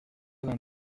vingt